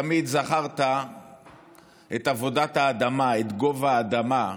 תמיד זכרת את עבודת האדמה, את גובה האדמה.